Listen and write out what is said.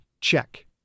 Check